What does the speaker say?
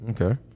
Okay